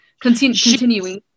continuing